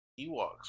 Ewoks